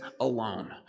alone